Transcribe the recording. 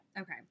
Okay